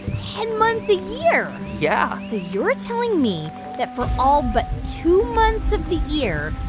ten months a year yeah so you're telling me that for all but two months of the year,